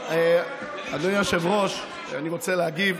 אדוני היושב-ראש, אני רוצה להגיב.